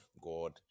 God